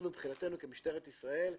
מבחינתנו כמשטרת ישראל,